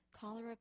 cholera